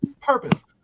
purpose